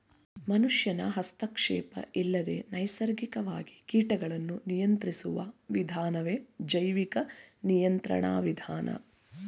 ಮನುಷ್ಯನ ಹಸ್ತಕ್ಷೇಪ ಇಲ್ಲದೆ ನೈಸರ್ಗಿಕವಾಗಿ ಕೀಟಗಳನ್ನು ನಿಯಂತ್ರಿಸುವ ವಿಧಾನವೇ ಜೈವಿಕ ನಿಯಂತ್ರಣ ವಿಧಾನ